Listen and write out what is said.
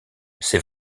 c’est